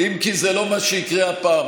אם כי זה לא מה שיקרה הפעם,